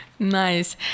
nice